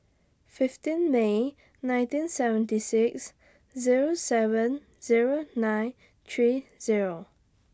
fifteen May nineteen seventy six Zero seven Zero nine three Zero